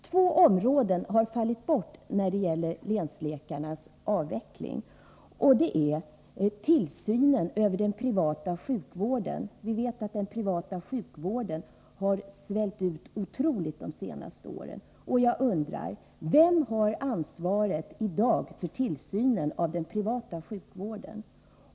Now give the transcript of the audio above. Två områden har fallit bort vid avvecklingen av länsläkarna. Det ena är tillsynen över den privata sjukvården. Vi vet att den privata sjukvården de senaste åren har svällt ut otroligt. Jag undrar: Vem har i dag ansvaret för tillsynen över den privata sjukvården?